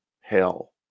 hell